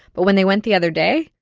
but when they went the other day?